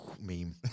meme